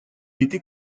était